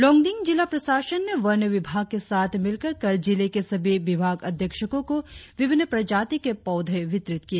लोंगडिंग जिला प्रशासन ने वन विभाग के साथ मिलकर कल जिले के सभी विभागाध्यक्षको को विभिन्न प्रजाति के पौधे वितरित किए